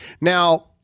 Now